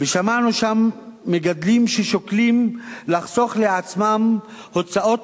ושמענו שם מגדלים ששוקלים לחסוך לעצמם הוצאות